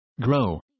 grow